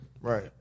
Right